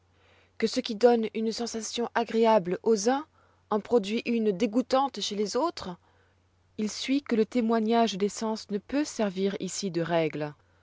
que ce qui donne une sensation agréable aux uns en produit une dégoûtante chez les autres il suit que le témoignage des sens ne peut servir ici de règle